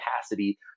capacity